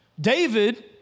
David